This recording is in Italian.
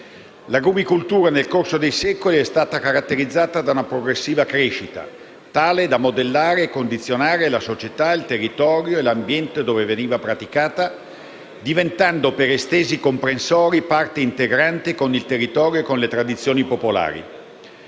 L'agrumicoltura nel corso dei secoli è stata caratterizzata da una progressiva crescita, tale da modellare e condizionare la società, il territorio e l'ambiente dove veniva praticata, diventando, per estesi comprensori, parte integrante con il territorio e con le tradizioni popolari.